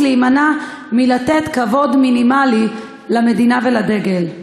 להימנע מלתת כבוד מינימלי למדינה ולדגל.